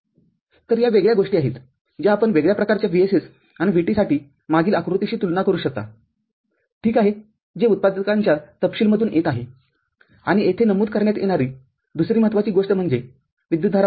तर या वेगळ्या गोष्टी आहेत ज्या आपण वेगळ्या प्रकारच्या VSS आणि VT साठी मागील आकृतीशी तुलना करू शकता ठीक आहे जे उत्पादकांच्या तपशील मधून येत आहे आणि येथे नमूद करण्यात येणारी दुसरी महत्वाची गोष्ट म्हणजे विद्युतधारा पातळी